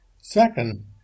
Second